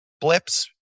blips